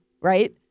right